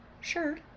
sure